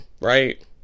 right